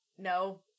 no